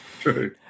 True